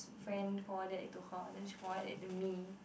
friend forwarded it to her then she forward it to me